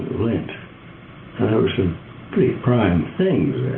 linz. and there were some pretty prime things